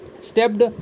stepped